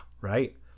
right